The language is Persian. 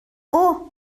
اوه